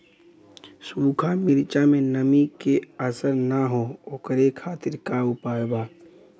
सूखा मिर्चा में नमी के असर न हो ओकरे खातीर का उपाय बा?